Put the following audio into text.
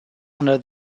under